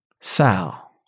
Sal